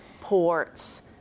ports